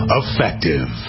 effective